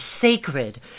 sacred